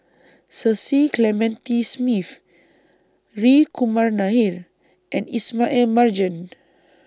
Cecil Clementi Smith Hri Kumar Nair and Ismail Marjan